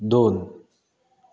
दोन